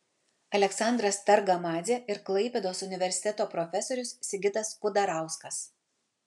aleksandras targamadzė ir klaipėdos universiteto profesorius sigitas kudarauskas